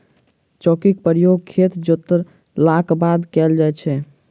चौकीक प्रयोग खेत जोतलाक बाद कयल जाइत छै